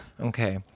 okay